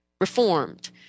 reformed